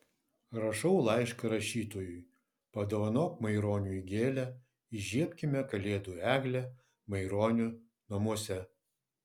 rašau laišką rašytojui padovanok maironiui gėlę įžiebkime kalėdų eglę maironio namuose